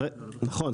נכון,